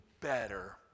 better